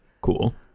Cool